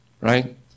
right